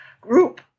group